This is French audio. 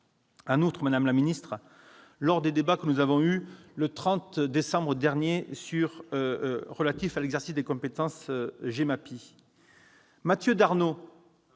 Et, madame la ministre, lors des débats que nous avons eus en décembre dernier sur l'exercice de la compétence GEMAPI,